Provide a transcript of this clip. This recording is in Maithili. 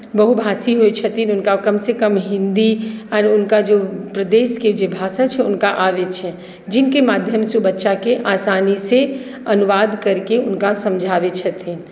बहुभाषीय होइत छथिन हुनका कमसँ कम हिन्दी आओर हुनका जो प्रदेशके जे भाषा छै हुनका आबैत छै जिनके माध्यमसँ ओ बच्चाकेँ आसानीसँ अनुवाद करके हुनका समझाबैत छथिन